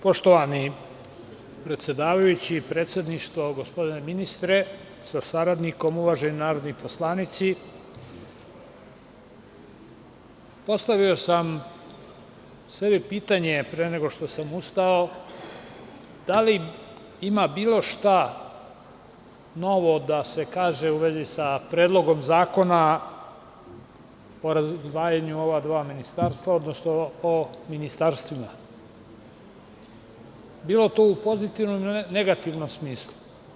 Poštovani predsedavajući, predsedništvo, gospodine ministre sa saradnikom, uvaženi narodni poslanici, postavio sam sebi pitanje pre nego što sam ustao, da li ima bilo šta novo da se kaže u vezi sa Predlogom zakona o razdvajanju ova dva ministarstva, odnosno o ministarstvima, bilo to u pozitivnom ili negativnom smislu.